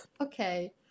Okay